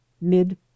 mid